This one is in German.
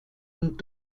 und